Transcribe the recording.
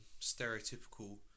stereotypical